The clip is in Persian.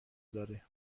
داره